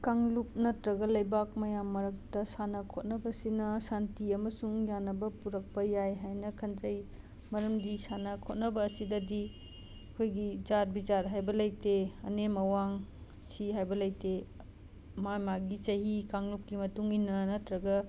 ꯀꯥꯡꯂꯨꯞ ꯅꯠꯇ꯭ꯔꯒ ꯂꯩꯕꯛ ꯃꯌꯥꯝ ꯃꯔꯛꯇ ꯁꯥꯟꯅ ꯈꯣꯠꯅꯕꯁꯤꯅ ꯁꯥꯟꯇꯤ ꯑꯃꯁꯨꯡ ꯌꯥꯟꯅꯕ ꯄꯨꯔꯛꯄ ꯌꯥꯏ ꯍꯥꯏꯅ ꯈꯟꯖꯩ ꯃꯔꯝꯗꯤ ꯁꯥꯟꯅ ꯈꯣꯠꯅꯕ ꯑꯁꯤꯗꯗꯤ ꯑꯩꯈꯣꯏꯒꯤ ꯖꯥꯠ ꯕꯤꯖꯥꯠ ꯍꯥꯏꯕ ꯂꯩꯇꯦ ꯑꯅꯦꯝ ꯑꯋꯥꯡ ꯁꯤ ꯍꯥꯏꯕ ꯂꯩꯇꯦ ꯃꯥ ꯃꯥꯒꯤ ꯆꯍꯤ ꯀꯥꯡꯂꯨꯞꯀꯤ ꯃꯇꯎꯡ ꯏꯟꯅ ꯅꯠꯇ꯭ꯒ